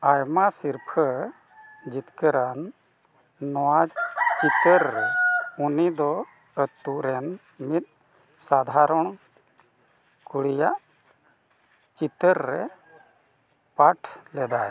ᱟᱭᱢᱟ ᱥᱤᱨᱯᱷᱟᱹ ᱡᱤᱛᱠᱟᱹᱨᱟᱱ ᱱᱚᱣᱟ ᱪᱤᱛᱟᱹᱨ ᱨᱮ ᱩᱱᱤ ᱫᱚ ᱟᱹᱛᱩ ᱨᱮᱱ ᱢᱤᱫ ᱥᱟᱫᱷᱟᱨᱚᱱ ᱠᱩᱲᱤᱭᱟᱹ ᱪᱤᱛᱟᱹᱨ ᱨᱮ ᱯᱟᱴ ᱞᱮᱫᱟᱭ